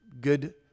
good